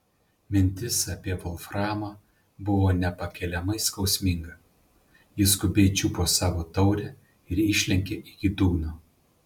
mintis apie volframą buvo nepakeliamai skausminga ji skubiai čiupo savo taurę ir išlenkė iki dugno